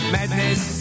Madness